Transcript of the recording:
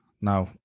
Now